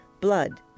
blood